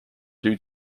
due